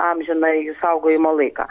amžiną jų saugojimo laiką